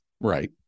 right